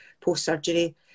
post-surgery